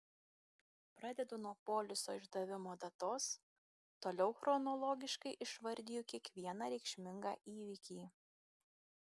pradedu nuo poliso išdavimo datos toliau chronologiškai išvardiju kiekvieną reikšmingą įvykį